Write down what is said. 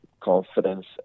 confidence